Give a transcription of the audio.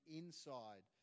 inside